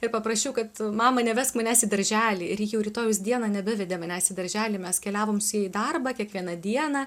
ir paprašiau kad mama nevesk manęs į darželį ir ji jau rytojaus dieną nebevedė manęs į darželį mes keliavom su ja į darbą kiekvieną dieną